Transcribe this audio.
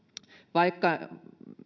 vaikka